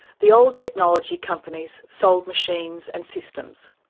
the old technology companies sold machines and systems,